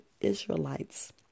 Israelites